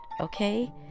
okay